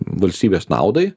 valstybės naudai